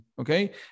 okay